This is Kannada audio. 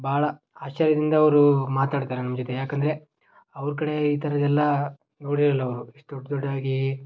ಭಾಳ ಆಶ್ಚರ್ಯದಿಂದ ಅವರು ಮಾತಾಡ್ತಾರೆ ನಮ್ಮ ಜೊತೆ ಯಾಕಂದರೆ ಅವ್ರ ಕಡೆ ಈ ಥರದೆಲ್ಲ ನೋಡಿರೋಲ್ಲ ಅವರು ಇಷ್ಟು ದೊಡ್ಡ ದೊಡ್ಡದಾಗಿ